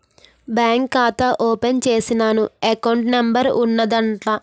bank ఖాతా open చేసినాను account number ఉన్నాద్దాన్ల